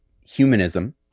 humanism